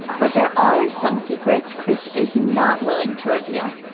but there are some secrets chris is not willing to reveal.